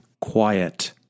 quiet